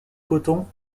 coton